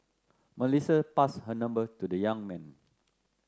Melissa passed her number to the young man